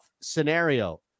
scenario